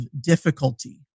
difficulty